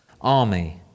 army